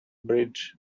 bridge